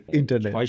internet